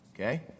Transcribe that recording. okay